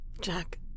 Jack